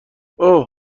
اوه